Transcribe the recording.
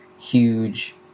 huge